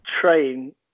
train